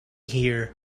here